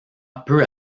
peu